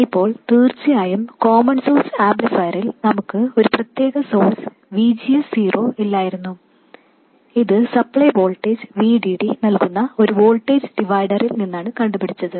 ഇപ്പോൾ തീർച്ചയായും common source ആംപ്ലിഫയറിൽ നമുക്ക് ഒരു പ്രത്യേക സോഴ്സ് VGS0 ഇല്ലായിരുന്നു ഇത് സപ്ലൈ വോൾട്ടേജ് VDD നൽകുന്ന ഒരു വോൾട്ടേജ് ഡിവൈഡറിൽ നിന്നാണ് കണ്ടുപിടിച്ചത്